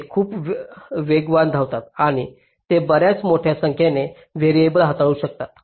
ते खूप वेगवान धावतात आणि ते बर्याच मोठ्या संख्येने व्हेरिएबल्स हाताळू शकतात